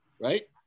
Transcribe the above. Right